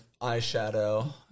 eyeshadow